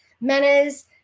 manners